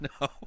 No